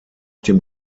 dem